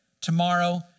tomorrow